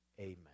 Amen